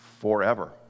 Forever